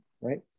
right